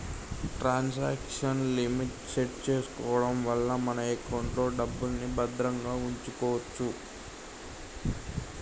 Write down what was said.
transaction limit set చేసుకోడం వల్ల మన ఎకౌంట్లో డబ్బుల్ని భద్రంగా వుంచుకోచ్చు